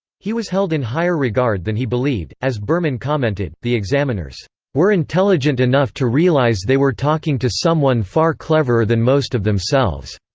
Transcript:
he was held in higher regard than he believed as berman commented, the examiners were intelligent enough to realise they were talking to someone far cleverer than most of themselves.